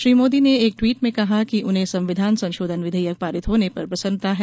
श्री मोदी ने एक ट्वीट में कहा कि उन्हें संविधान संशोधन विधेयक पारित होने पर प्रसन्नता है